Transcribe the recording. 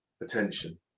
attention